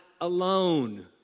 alone